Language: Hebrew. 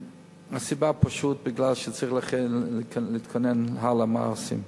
הסיבה, פשוט, בגלל שצריך להתכונן הלאה, מה עושים.